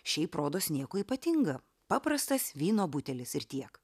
šiaip rodos nieko ypatinga paprastas vyno butelis ir tiek